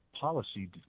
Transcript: policy